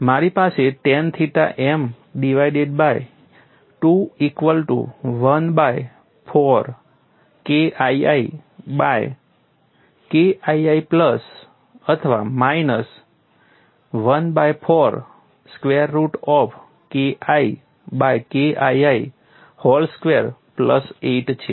મારી પાસે ten theta m divided by 2 equal to 1 by 4 KII by KII plus અથવા minus 1 by 4 square root of KI by KII whole square plus 8 છે